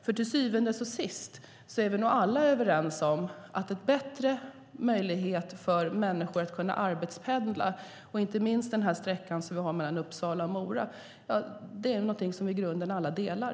För till syvende och sist är vi nog alla överens om att det är bra med bättre möjligheter för människor att arbetspendla. Det gäller inte minst sträckan som vi har mellan Uppsala och Mora. Det är någonting som vi alla i grunden delar.